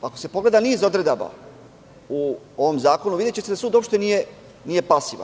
Ako se pogleda niz odredaba u ovom zakonu, videćete da sud uopšte nije pasivan.